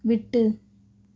விட்டு